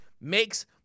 makes